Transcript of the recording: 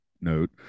note